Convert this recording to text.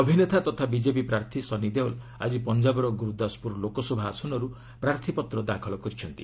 ଅଭିନେତା ତଥା ବିଜେପି ପ୍ରାର୍ଥୀ ସନି ଦେଓଲ ଆଜି ପଞ୍ଜାବର ଗୁରୁଦାସପୁର ଲୋକସଭା ଆସନରୁ ପ୍ରାର୍ଥୀପତ୍ର ଦାଖଲ କରିଛନ୍ତି